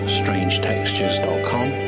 strangetextures.com